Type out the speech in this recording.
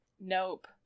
Nope